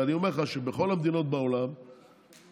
ואני אומר לך שבכל המדינות בעולם המגפה,